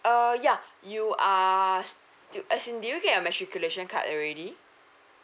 uh ya you are as in did you get your matriculation card already